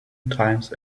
times